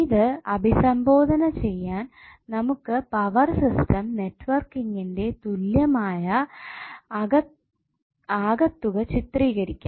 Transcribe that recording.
ഇത് അഭിസംബോധന ചെയ്യാൻ നമുക്ക് പവർ സിസ്റ്റം നെറ്റ്വർക്കിംഗ്ന്റെ തുല്യമായ ആകത്തുക ചിത്രീകരിക്കാം